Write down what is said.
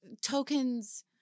tokens